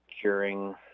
curing